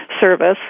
Service